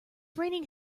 raining